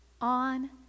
on